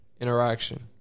interaction